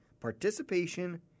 participation